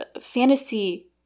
fantasy